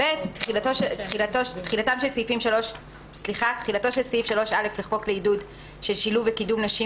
"(ב)תחילתו של סעיף 3א לחוק לעידוד של שילוב וקידום נשים